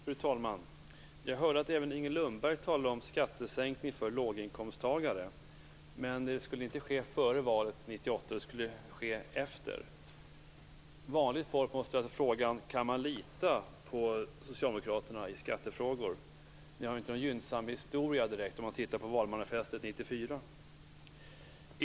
Fru talman! Jag hörde att även Inger Lundberg talade om skattesänkning för låginkomsttagare. Men det skulle inte ske före valet 1998, utan efter. Vanligt folk måste ställa frågan: Kan man lita på Socialdemokraterna i skattefrågor? Ni har inte direkt någon gynnsam historia, om man tittar på valmanifestet 1994.